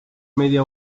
media